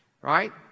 Right